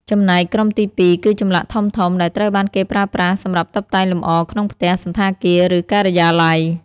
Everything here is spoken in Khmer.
ចំណែកក្រុមទីពីរគឺចម្លាក់ធំៗ ដែលត្រូវបានគេប្រើប្រាស់សម្រាប់តុបតែងលម្អ ក្នុងផ្ទះ សណ្ឋាគារ ឬការិយាល័យ។